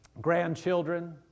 grandchildren